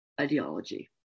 ideology